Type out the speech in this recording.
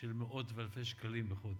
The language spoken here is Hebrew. של מאות ואלפי שקלים בחודש.